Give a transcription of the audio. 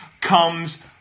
comes